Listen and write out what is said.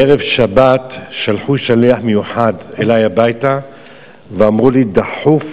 בערב שבת שלחו שליח מיוחד אלי הביתה ואמרו לי: דחוף,